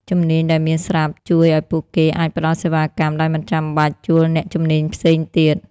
ជំនាញដែលមានស្រាប់ជួយឱ្យពួកគេអាចផ្តល់សេវាកម្មដោយមិនចាំបាច់ជួលអ្នកជំនាញផ្សេងទៀត។